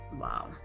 Wow